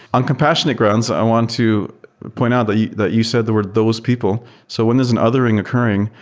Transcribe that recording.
on compassionate grounds, i want to point out that you that you said there were those people. so when there's another ring occurring,